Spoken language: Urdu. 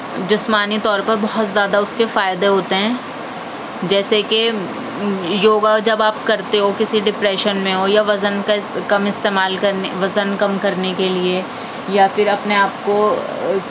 جسمانی طور پر بہت زیادہ اس کے فائدے ہوتے ہیں جیسے کہ یوگا جب آپ کرتے ہو کسی ڈپریشن میں ہو یا وزن کا کم استعمال کرنے وزن کم کرنے کے لیے یا پھر اپنے آپ کو